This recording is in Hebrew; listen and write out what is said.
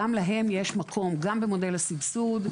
גם להם יש מקום גם במודל הסבסוד,